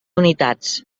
unitats